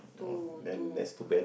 oh then that's too bad